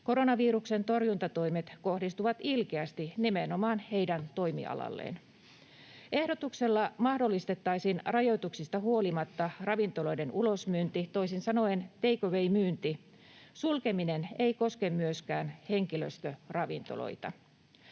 Koronaviruksen torjuntatoimet kohdistuvat ilkeästi nimenomaan heidän toimialalleen. Ehdotuksella mahdollistettaisiin rajoituksista huolimatta ravintoloiden ulosmyynti, toisin sanoen take away -myynti. Sulkeminen ei koske myöskään henkilöstöravintoloita.